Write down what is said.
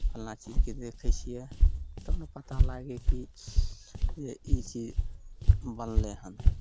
फल्लाँ चीजकेँ देखै छियै तब ने पता लागै कि जे ई चीज बनलै हन